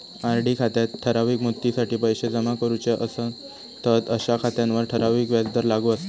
RD खात्यात ठराविक मुदतीसाठी पैशे जमा करूचे असतंत अशा खात्यांवर ठराविक व्याजदर लागू असता